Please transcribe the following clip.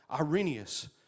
Irenaeus